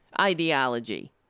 ideology